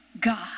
God